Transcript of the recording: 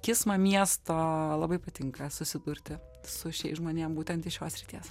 kismą miesto labai patinka susidurti su šiais žmonėm būtent iš šios srities